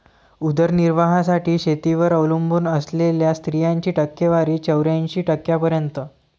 उदरनिर्वाहासाठी शेतीवर अवलंबून असलेल्या स्त्रियांची टक्केवारी चौऱ्याऐंशी टक्क्यांपर्यंत